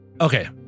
Okay